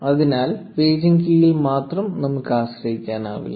അതിനാൽ പേജിംഗ് കീയിൽ മാത്രം നമുക്ക് ആശ്രയിക്കാനാവില്ല